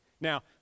now